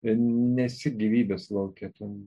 nesi gyvybės lauke tu